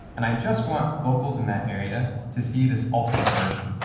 and i just want locals in that area to see this alternate version.